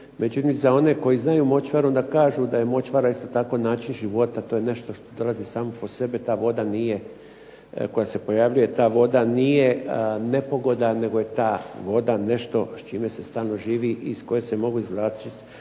mi se one koji znaju močvaru nam kažu da je močvara isto tako način života, to je nešto što dolazi samo po sebi. Ta voda nije, koja se pojavljuje, ta voda nije nepogoda nego je ta voda nešto s čime se stalno živi i iz koje se mogu izvlačit